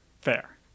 Fair